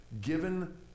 given